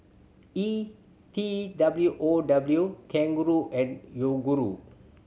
E T W O W Kangaroo and Yoguru